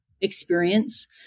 experience